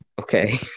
okay